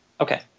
Okay